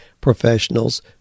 professionals